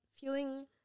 feeling